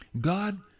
God